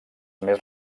més